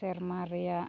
ᱥᱮᱨᱢᱟ ᱨᱮᱭᱟᱜ